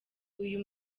uyu